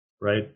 Right